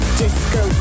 disco